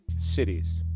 cities.